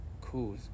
cool